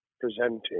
presenting